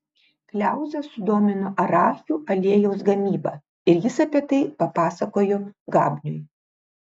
kliauzą sudomino arachių aliejaus gamyba ir jis apie tai papasakojo gabniui